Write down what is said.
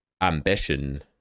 ambition